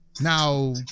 Now